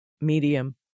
medium